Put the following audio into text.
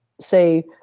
say